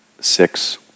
six